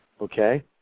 okay